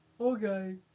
Okay